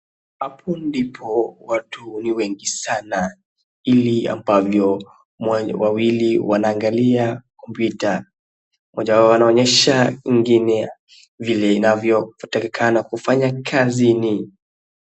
Hapo ndipo watu ni wengi sana ili ambavyo wawili wanaangalia kompyuta, mmoja wao anaonyesha mwingine vile inavyotakikana kufanya kazini.